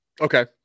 Okay